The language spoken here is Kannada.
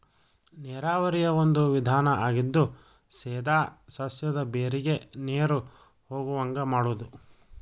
ನೇರಾವರಿಯ ಒಂದು ವಿಧಾನಾ ಆಗಿದ್ದು ಸೇದಾ ಸಸ್ಯದ ಬೇರಿಗೆ ನೇರು ಹೊಗುವಂಗ ಮಾಡುದು